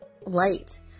light